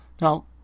Now